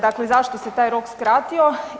Dakle zašto se taj rok skratio?